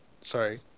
Sorry